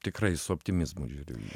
tikrai su optimizmu žiūriu į jį